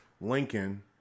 Lincoln